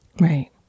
Right